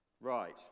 Right